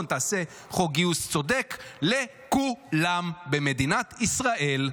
תעשה חוק גיוס צודק ל-כו-לם במדינת ישראל.